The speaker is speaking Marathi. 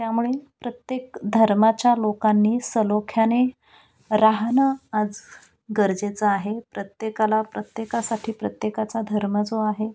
त्यामुळे प्रत्येक धर्माच्या लोकांनी सलोख्याने राहणं आज गरजेचं आहे प्रत्येकाला प्रत्येकासाठी प्रत्येकाचा धर्म जो आहे